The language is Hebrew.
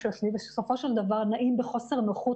--- בסופו של דבר נעים בחוסר נוחות,